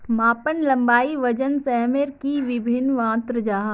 मापन लंबाई वजन सयमेर की वि भिन्न मात्र जाहा?